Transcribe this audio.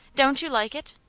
don't you like it?